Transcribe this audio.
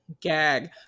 Gag